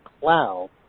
cloud